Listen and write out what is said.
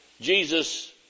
Jesus